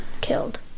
killed